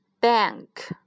Bank